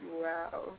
Wow